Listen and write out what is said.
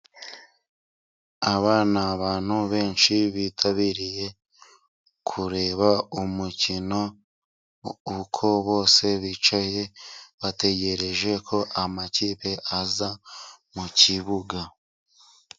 Aba abantu benshi bitabiriye kureba umukino. Uko bose bicaye bategereje ko amakipe aza mu kibuga.